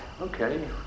Okay